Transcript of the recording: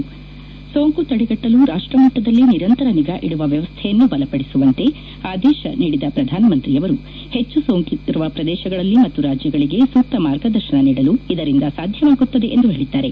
ಈ ಸೋಂಕು ತಡೆಗಟ್ಟಲು ರಾಷ್ಟ ಮಟ್ಟದಲ್ಲಿ ನಿರಂತರ ನಿಗಾ ಇಡುವ ವ್ಯವಸ್ಥೆಯನ್ನು ಬಲಪಡಿಸುವಂತೆ ಆದೇಶ ನೀಡಿದ ಪ್ರಧಾನಮಂತ್ರಿಯವರು ಹೆಚ್ಚು ಸೋಂಕಿರುವ ಪ್ರದೇಶಗಳು ಮತ್ತು ರಾಜ್ಯಗಳಿಗೆ ಸೂಕ್ತ ಮಾರ್ಗದರ್ಶನ ನೀಡಲು ಇದರಿಂದ ಸಾಧ್ಯವಾಗುತ್ತದೆ ಎಂದು ಹೇಳಿದ್ದಾರೆ